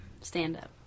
stand-up